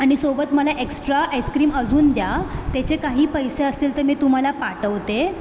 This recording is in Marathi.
आणि सोबत मला एक्स्ट्रा ॲसक्रीम अजून द्या त्याचे काही पैसे असेल ते मी तुम्हाला पाठवते